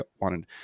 wanted